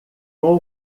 com